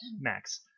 Max